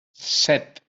set